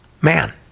Man